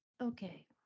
okay